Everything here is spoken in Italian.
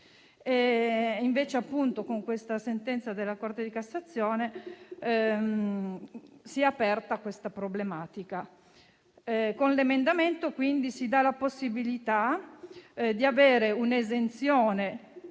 invece, con la sentenza della Corte di cassazione, si è aperta la problematica. Con l'emendamento 5.0.100 si dà la possibilità di avere l'esenzione